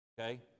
okay